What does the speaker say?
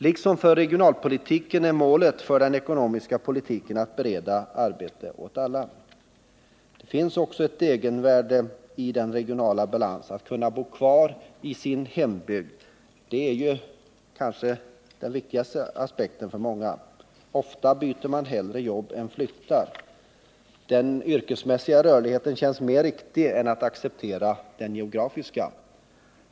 Liksom för regionalpolitiken är målet för den ekonomiska politiken att bereda arbete åt alla. Det finns alltså ett egenvärde i regional balans, att kunna bo kvar i sin hembygd. Det är kanske den viktigaste aspekten för många. Ofta byter man hellre jobb än flyttar. Den yrkesmässiga rörligheten känns mer riktig än att acceptera den geografiska.